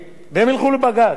הקדשנו, דנו,